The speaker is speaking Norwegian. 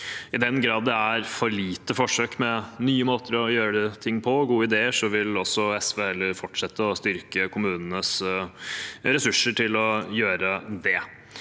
I den grad det er for få forsøk med nye måter å gjøre ting på, for få gode ideer, vil SV heller fortsette å styrke kommunenes ressurser til å gjøre det.